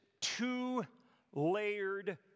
two-layered